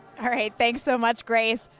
all right, thanks so much, grace.